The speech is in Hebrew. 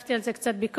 וחטפתי על זה קצת ביקורת,